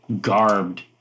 Garbed